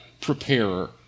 preparer